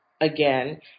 again